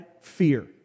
fear